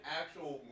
actual